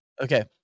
Okay